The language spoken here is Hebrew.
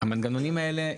המנגנונים האלה יישארו,